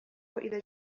إذا